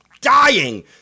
dying